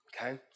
Okay